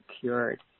Cured